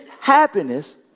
happiness